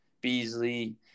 Beasley